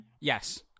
Yes